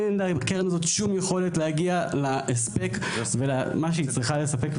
אין לקרן הזאת שום יכולת להגיע להספק ולמה שהיא צריך לספק,